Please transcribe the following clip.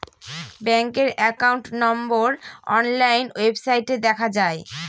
ব্যাঙ্কের একাউন্ট নম্বর অনলাইন ওয়েবসাইটে দেখা যায়